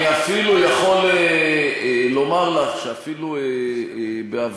אני אפילו יכול לומר לך אפילו שבעברי